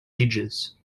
ages